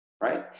right